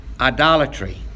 idolatry